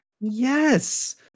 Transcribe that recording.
Yes